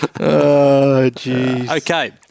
Okay